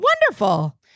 Wonderful